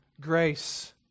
grace